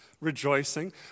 rejoicing